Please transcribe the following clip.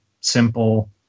simple